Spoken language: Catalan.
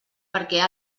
perquè